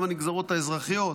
גם הנגזרות האזרחיות,